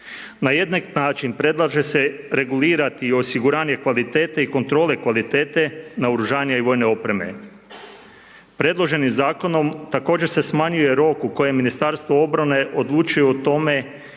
Na jednak način predlaže se regulirati i osiguranje kvalitete i kontrole kvalitete naoružanja i vojne opreme. Predloženim zakonom također se smanjuje rok u kojem Ministarstvo obrane odlučuje o tome